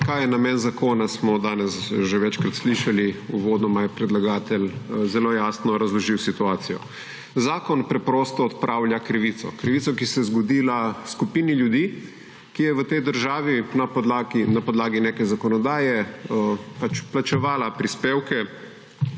Kaj je namen zakona, smo danes že večkrat slišali. Uvodoma je predlagatelj zelo jasno razložil situacijo. Zakon preprosto odpravlja krivico, krivico, ki se je zgodila skupini ljudi, ki je v tej državi na podlagi neke zakonodaje plačevala prispevke